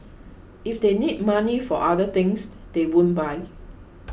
if they need money for other things they won't buy